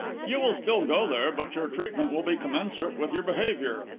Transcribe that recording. you will still go there but your treatment will be commensurate with your behaviour.